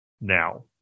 Now